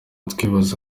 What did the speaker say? twibaza